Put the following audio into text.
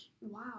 Wow